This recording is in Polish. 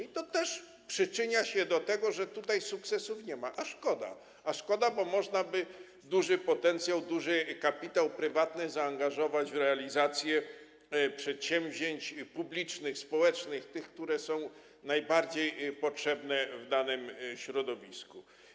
I to też przyczynia się do tego, że tutaj sukcesów nie ma, a szkoda, bo można by było duży potencjał, duży kapitał prywatny zaangażować w realizację przedsięwzięć publicznych, społecznych, tych, które są najbardziej potrzebne w danym środowisku.